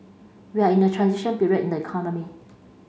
we are in a transition period in the economy